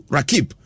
Rakib